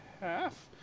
half